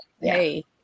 hey